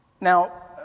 Now